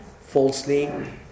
falsely